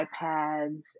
iPads